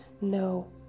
no